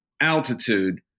altitude